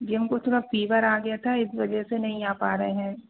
जी हमको थोड़ा फीवर आ गया था इस वजह से नहीं आ पा रहे हैं